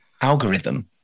algorithm